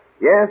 Yes